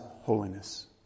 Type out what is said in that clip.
holiness